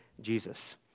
Jesus